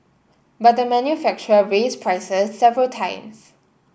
but the manufacturer raised prices several times